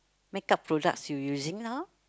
makeup product you using now